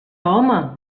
home